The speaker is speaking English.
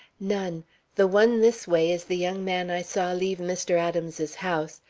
none the one this way is the young man i saw leave mr. adams's house,